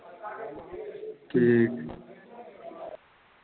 ठीक